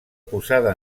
posada